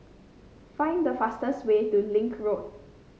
select the fastest way to Link Road